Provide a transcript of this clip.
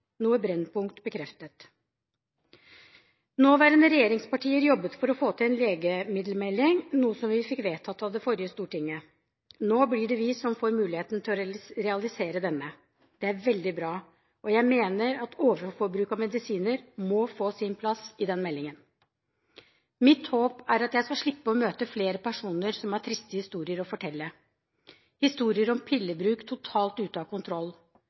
bekreftet. Nåværende regjeringspartier jobbet for å få til en legemiddelmelding, noe som vi fikk vedtatt av det forrige storting. Nå blir det vi som får muligheten til å realisere denne. Det er veldig bra, og jeg mener at overforbruk av medisiner må få sin plass i den meldingen. Mitt håp er at jeg skal slippe å møte flere personer som har triste historier å fortelle – historier om pillebruk totalt ute av kontroll